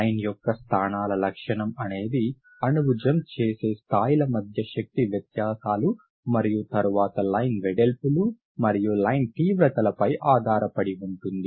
line యొక్క స్థానాల లక్షణం అనేది అణువు జంప్ చేసే స్థాయిల మధ్య శక్తి వ్యత్యాసాలు మరియు తరువాత లైన్ వెడల్పులు మరియు లైన్ తీవ్రతలపై ఆధారపడి ఉంటుంది